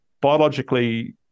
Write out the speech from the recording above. biologically